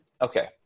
okay